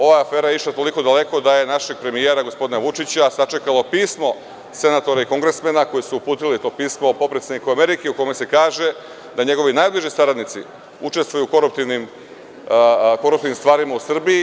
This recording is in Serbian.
Ova afera je išla toliko daleko da je našeg premijera gospodina Vučića sačekalo pismo senatora i kongresmena koji su uputili to pismo potpredsedniku Amerike, u kome se kaže da njegovi najbliži saradnici učestvuju u koruptivnim stvarima u Srbiji.